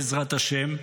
בעזרת השם,